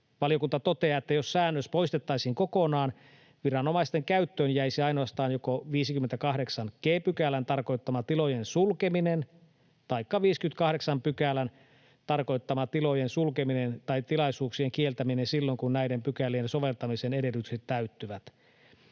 Valiokunta toteaa, että jos säännös poistettaisiin kokonaan, viranomaisten käyttöön jäisi ainoastaan joko 58 g §:n tarkoittama tilojen sulkeminen taikka 58 §:n tarkoittama tilojen sulkeminen tai tilaisuuksien kieltäminen silloin, kun näiden pykälien soveltamisen edellytykset täyttyvät.